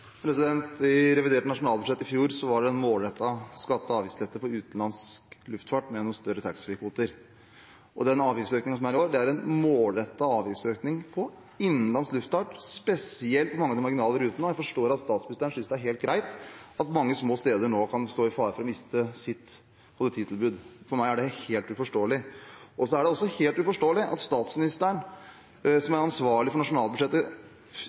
skatte- og avgiftslettelse for utenlands luftfart med større taxfree-kvoter. Den avgiftsøkningen som er i årets forslag til budsjett, er en målrettet avgiftsøkning på innenlands luftfart, spesielt på mange av de marginale rutene. Jeg forstår at statsministeren synes det er helt greit at mange små steder nå kan stå i fare for å miste sitt kollektivtilbud. For meg er det helt uforståelig. Det er også helt uforståelig at statsministeren, som er ansvarlig for nasjonalbudsjettet,